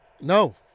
No